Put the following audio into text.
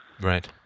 right